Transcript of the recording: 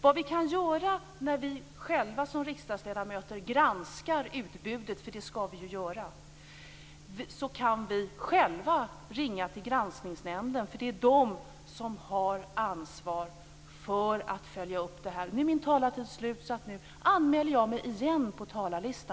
Vad vi kan göra när vi själva som riksdagsledamöter granskar utbudet - det skall vi ju göra - är att själva ringa till Granskningsnämnden, eftersom det är den som har ansvar för att följa upp detta.